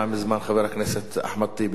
חבר הכנסת אחמד טיבי, בבקשה.